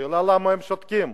השאלה, למה הם שותקים,